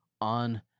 on